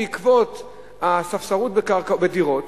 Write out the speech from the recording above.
בעקבות הספסרות בדירות,